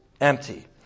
empty